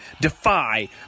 Defy